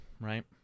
right